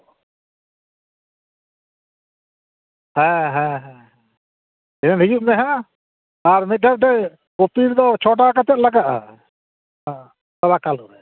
ᱦᱮᱸ ᱦᱮᱸ ᱦᱮᱸ ᱫᱷᱤᱱᱟᱹᱱ ᱦᱤᱡᱩᱜ ᱢᱮ ᱦᱟᱸᱜ ᱟᱨ ᱢᱤᱫᱴᱮᱱ ᱢᱤᱫᱴᱮᱱ ᱠᱚᱯᱤ ᱨᱮᱫᱚ ᱪᱷᱚ ᱴᱟᱠᱟ ᱠᱟᱛᱮᱫ ᱞᱟᱜᱟᱜᱼᱟ ᱥᱟᱫᱟ ᱠᱟᱞᱳ ᱨᱮ